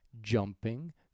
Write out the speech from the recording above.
jumping